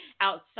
outside